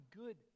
good